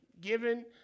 given